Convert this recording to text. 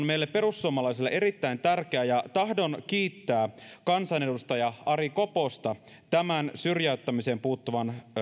meille perussuomalaisille erittäin tärkeä ja tahdon kiittää kansanedustaja ari koposta tämän syrjäyttämiseen puuttuvan